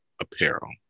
apparel